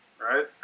right